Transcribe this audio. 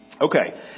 Okay